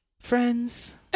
friends